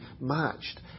matched